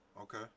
Okay